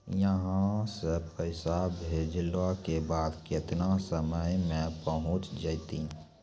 यहां सा पैसा भेजलो के बाद केतना समय मे पहुंच जैतीन?